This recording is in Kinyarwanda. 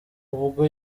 ubwo